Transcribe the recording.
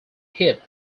hit